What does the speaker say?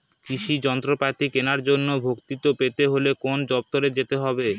কৃষি যন্ত্রপাতি কেনার জন্য ভর্তুকি পেতে হলে কোন দপ্তরে যেতে হবে?